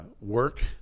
work